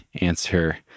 answer